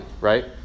right